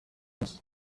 است